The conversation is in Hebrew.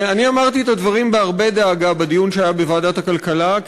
ואני אמרתי את הדברים בהרבה דאגה בדיון שהיה בוועדת הכלכלה,